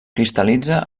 cristal·litza